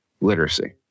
literacy